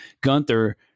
Gunther